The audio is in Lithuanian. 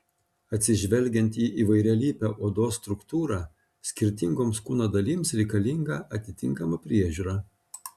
atsižvelgiant į įvairialypę odos struktūrą skirtingoms kūno dalims reikalinga atitinkama priežiūra